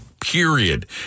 Period